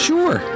Sure